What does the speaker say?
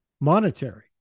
monetary